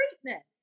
treatment